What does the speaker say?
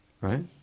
right